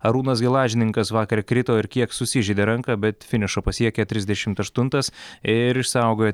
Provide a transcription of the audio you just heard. arūnas gelažninkas vakar krito ir kiek susižeidė ranką bet finišą pasiekė trisdešimt aštuntas ir išsaugojo